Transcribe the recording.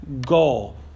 goal